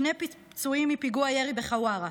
שני פצועים מפיגוע ירי בחווארה,